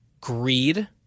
greed